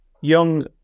young